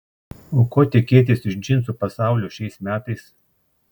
o ko tikėtis iš džinsų pasaulio šiais metais